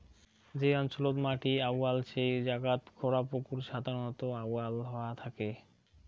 যে অঞ্চলত মাটি আউয়াল সেই জাগাত খোঁড়া পুকুর সাধারণত আউয়াল হয়া থাকে